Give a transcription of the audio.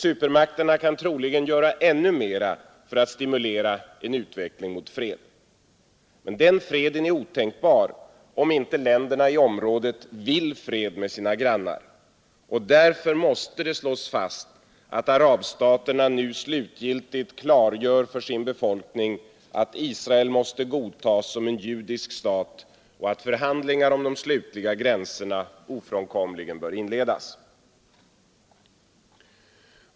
Supermakterna kan troligen göra ännu mer för att stimulera en utveckling mot fred. Men den freden är otänkbar om inte länderna i området vill fred med sina grannar. Och därför måste det slås fast att arabstaterna nu slutgiltigt skall klargöra för sin befolkning att Israel måste godtas som en judisk stat och att förhandlingar om de slutliga gränserna ofrånkomligen bör inledas.